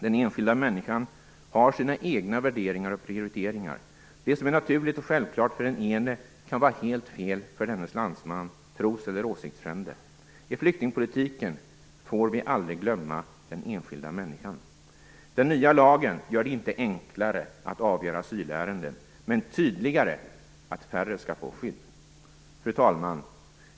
Den enskilda människan har sina egna värderingar och prioriteringar. Det som är naturligt och självklart för den ene kan vara helt fel för dennes landsman, trosfrände eller åsiktsfrände. I flyktingpolitiken får vi aldrig glömma den enskilda människan. Den nya lagen gör det inte enklare att avgöra asylärenden, men tydligare att färre skall få skydd. Fru talman!